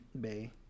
Bay